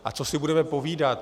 A co si budeme povídat.